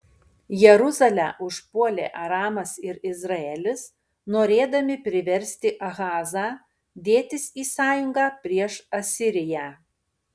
jeruzalę užpuolė aramas ir izraelis norėdami priversti ahazą dėtis į sąjungą prieš asiriją